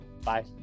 Bye